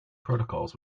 protocols